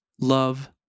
love